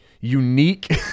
unique